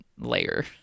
layer